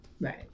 Right